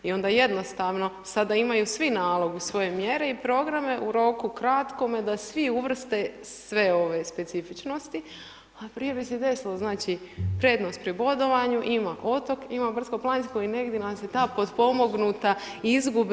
I onda jednostavno sada imaju svi nalog u svojoj mjeri i programe u roku kratkome da svi uvrste sve ove specifičnosti a prije bi se desilo znači prednost pri bodovanju, ima otok, ima brdsko planinsko i negdje nam se ta potpomognuta i izgubi.